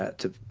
ah to,